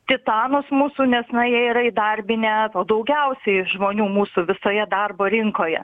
titanus mūsų nes na jie yra įdarbinę daugiausiai žmonių mūsų visoje darbo rinkoje